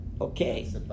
Okay